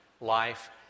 life